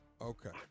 Okay